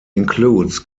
includes